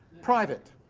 private.